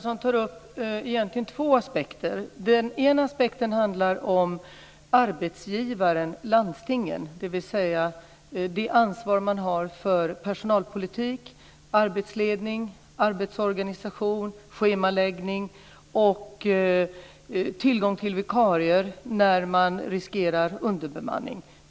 Fru talman! Kenneth Johansson tar upp två aspekter. Den ena frågan är det ansvar som arbetsgivaren, landstingen, har för personalpolitik, arbetsledning, arbetsorganisation, schemaläggning och tillgång till vikarier när man riskerar underbemanning.